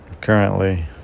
Currently